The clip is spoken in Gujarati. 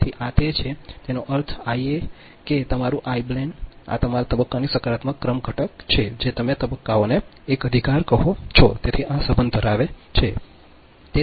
તેથી આ તે છે એનો અર્થ એ છે કે આઈએ કે તમારું આયબલેન્ડ આ તમારા તબક્કોનો સકારાત્મક ક્રમ ઘટક છે જે તમે આ તબક્કોને એક અધિકાર કહો છો તેથી આ સંબંધ ધરાવે છે